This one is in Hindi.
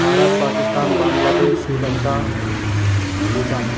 भारत पाकिस्तान बांगलादेश श्रीलंका भूटान